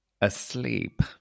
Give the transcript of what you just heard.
asleep